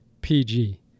PG